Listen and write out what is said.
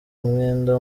umwenda